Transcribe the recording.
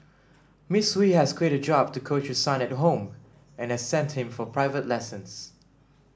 Miss Hui has quit her job to coach her son at home and has sent him for private lessons